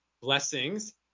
blessings